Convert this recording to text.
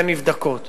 והן נבדקות.